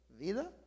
vida